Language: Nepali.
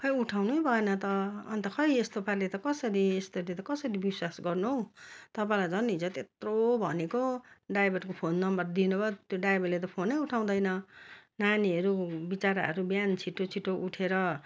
खै उठाउनु भएन त अन्त खै यस्तो पाराले त कसरी यसरी त कसरी विश्वास गर्नु हौ तपाईँलाई झन् हिजो त्यत्रो भनेको ड्राइभरको फोन नम्बर दिनु भयो त्यो ड्राइभरले त फोनै उठाउँदैन नानीहरू बिचराहरू बिहान छिटो छिटो उठेर